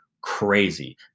crazy